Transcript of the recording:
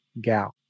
gal